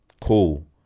cool